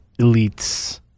elites